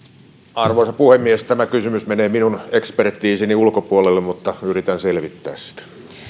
arvoisa puhemies tämä kysymys menee minun ekspertiisini ulkopuolelle mutta yritän selvittää sitä